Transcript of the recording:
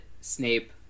Snape